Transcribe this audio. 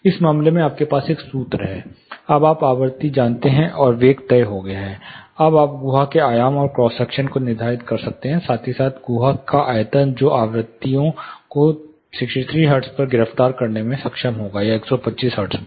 इस मामले में आपके पास एक सूत्र है आप अब आवृत्ति जानते हैं और वेग तय हो गया है अब आप गुहा के आयाम और क्रॉस सेक्शन का निर्धारण कर सकते हैं साथ ही साथ गुहा का आयतन जो आवृत्तियों को 63 हर्ट्ज़ पर गिरफ्तार करने में सक्षम होगा या 125 हर्ट्ज़